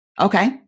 Okay